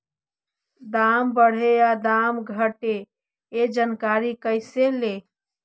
दाम बढ़े या दाम घटे ए जानकारी कैसे ले?